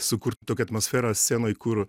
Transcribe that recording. sukurt tokią atmosferą scenoj kur